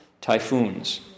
typhoons